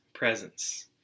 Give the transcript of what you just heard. presence